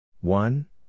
One